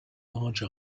large